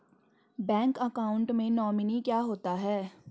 Bank account में nominee क्या होता है?